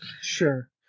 sure